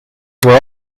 were